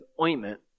ointment